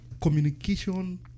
communication